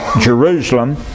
Jerusalem